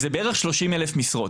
זה בערך שלושים אלף משרות.